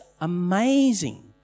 Amazing